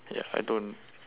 ya I don't